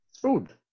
food